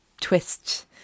twist